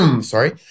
Sorry